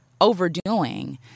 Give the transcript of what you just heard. overdoing